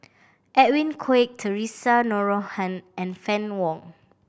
Edwin Koek Theresa Noronha and Fann Wong